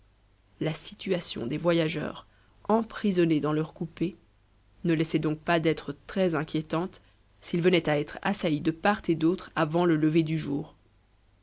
la situation des voyageurs emprisonnés dans leur coupé ne laissait donc pas d'être très inquiétante s'ils venaient à être assaillis de part et d'autre avant le lever du jour